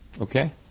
Okay